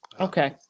Okay